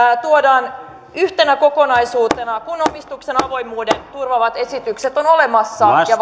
tuodaan yhtenä kokonaisuutena kun omistuksen avoimuuden turvaamat esitykset ovat olemassa ja